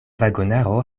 vagonaro